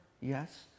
Yes